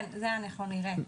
זה אנחנו נראה.